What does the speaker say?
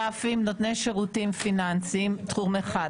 נותני שירותים פיננסיים, תחום אחד.